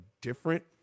different